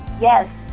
Yes